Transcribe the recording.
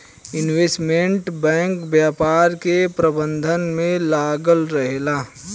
investment bank व्यापार के प्रबंधन में लागल रहेला